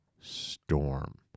storm